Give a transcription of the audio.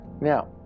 Now